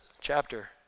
chapter